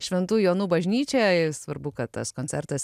šventų jonų bažnyčioje svarbu kad tas koncertas